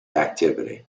activity